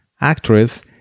actress